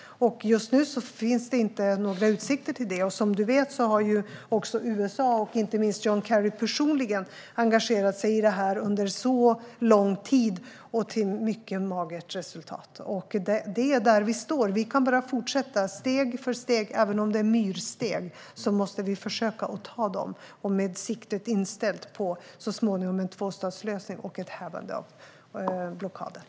Just nu finns inga utsikter till det. Som du vet har även USA - och inte minst John Kerry personligen - engagerat sig i detta under lång tid med mycket magert resultat. Det är där vi står. Vi kan bara fortsätta, steg för steg. Även om det är myrsteg måste vi försöka att ta dem, med siktet inställt på att så småningom nå en tvåstatslösning och ett hävande av blockaden.